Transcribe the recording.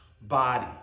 body